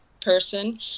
person